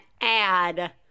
add